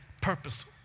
purpose